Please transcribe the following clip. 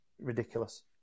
Ridiculous